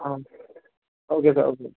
ആ okay sir okay